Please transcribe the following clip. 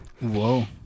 whoa